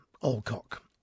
Alcock